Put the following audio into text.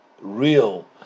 real